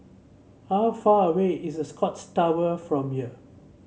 how far away is Scotts Tower from here